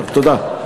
תודה.